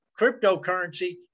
Cryptocurrency